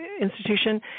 institution